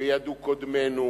וידעו קודמינו